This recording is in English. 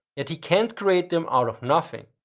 yet, he can't create them out of nothing.